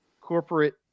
corporate